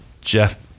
Jeff